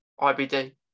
IBD